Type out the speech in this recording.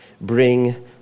bring